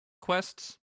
quests